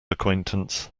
acquaintance